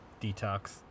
detox